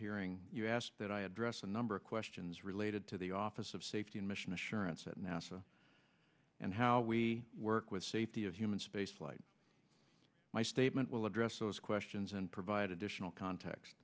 hearing you ask that i address a number of questions related to the office of safety and mission assurance that nasa and how we work with safety of human spaceflight my statement will address those questions and provide additional context